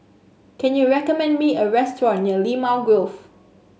can you recommend me a restaurant near Limau Grove